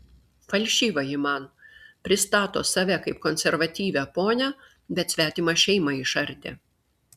falšyva ji man pristato save kaip konservatyvią ponią bet svetimą šeimą išardė